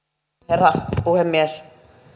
herra puhemies